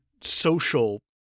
social